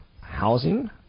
housing